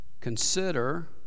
consider